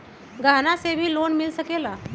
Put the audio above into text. गहना से भी लोने मिल सकेला?